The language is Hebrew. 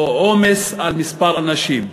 או עומס על מספר אנשים.